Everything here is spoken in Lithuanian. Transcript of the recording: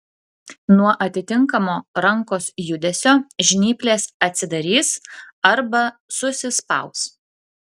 nuo atitinkamo rankos judesio žnyplės atsidarys arba susispaus